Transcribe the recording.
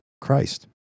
christ